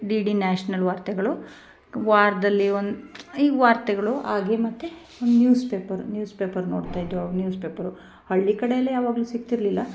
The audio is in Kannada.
ಡಿ ಡಿ ನ್ಯಾಷನಲ್ ವಾರ್ತೆಗಳು ವಾರದಲ್ಲಿ ಒಂದು ಈ ವಾರ್ತೆಗಳು ಹಾಗೆ ಮತ್ತು ನ್ಯೂಸ್ ಪೇಪರ್ ನ್ಯೂಸ್ ಪೇಪರ್ ನೋಡ್ತಾ ಇದ್ವು ನ್ಯೂಸ್ ಪೇಪರು ಹಳ್ಳಿ ಕಡೆಯಲ್ಲಿ ಯಾವಾಗಲೂ ಸಿಗ್ತಿರಲಿಲ್ಲ